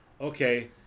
okay